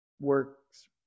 works